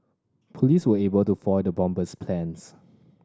police were able to foil the bomber's plans